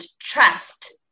trust